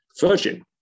Virgin